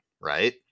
right